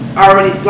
already